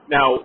Now